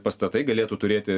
pastatai galėtų turėti